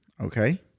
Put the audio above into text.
okay